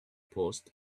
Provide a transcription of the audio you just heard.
post